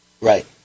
Right